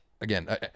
Again